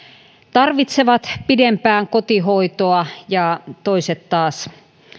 tarvitsevat pidempään kotihoitoa ja toiset taas